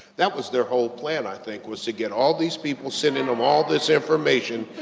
that was their whole plan, i think, was to get all these people, sending them all this information,